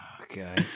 Okay